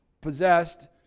possessed